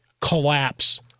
collapse